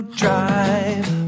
drive